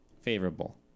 Favorable